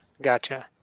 gotcha.